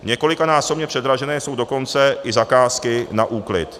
Několikanásobně předražené jsou dokonce i zakázky na úklid.